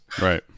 Right